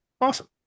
Awesome